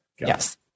Yes